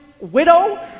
widow